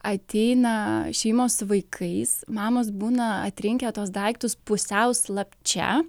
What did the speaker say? ateina šeimos su vaikais mamos būna atrinkę tuos daiktus pusiau slapčia